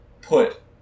put